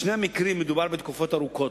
בשני המקרים מדובר בתקופות ארוכות,